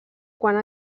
quant